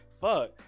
Fuck